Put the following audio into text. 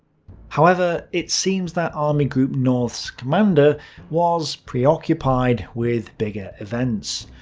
however, it seems that army group north's commander was preoccupied with bigger events.